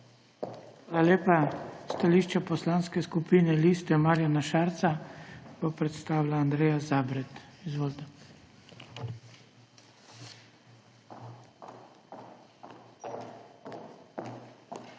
Hvala lepa. Stališče Poslanske skupine Liste Marjana Šarca bo predstavila Andreja Zabret. Izvolite. ANDREJA